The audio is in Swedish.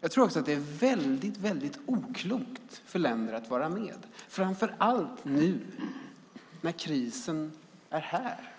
Jag tror också att det är väldigt oklokt för länder att vara med, framför allt nu, när krisen är här.